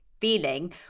feeling